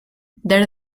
there